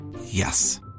Yes